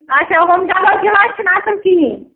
اچھا ہُم double glass چھِنہٕ آسان کِہیٖنۍ